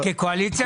כקואליציה,